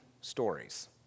stories